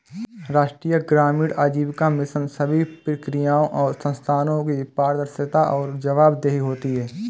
राष्ट्रीय ग्रामीण आजीविका मिशन सभी प्रक्रियाओं और संस्थानों की पारदर्शिता और जवाबदेही होती है